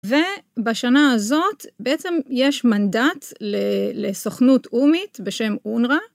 ובשנה הזאת בעצם יש מנדט לסוכנות אומית בשם אונרה.